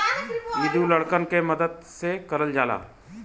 इ दू लड़कन के मदद से करल जाला